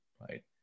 right